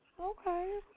Okay